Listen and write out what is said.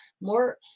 more